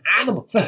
animal